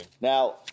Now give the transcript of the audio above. Now